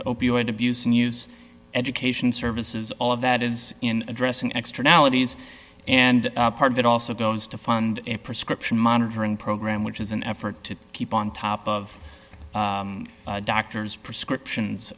to opioid abuse news education services all of that is in addressing extra nowadays and part of it also goes to fund a prescription monitoring program which is an effort to keep on top of doctors prescriptions